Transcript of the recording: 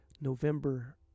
November